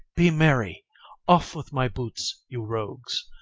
be merry off with my boots, you rogues!